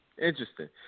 Interesting